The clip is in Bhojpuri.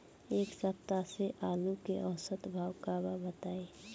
एक सप्ताह से आलू के औसत भाव का बा बताई?